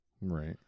Right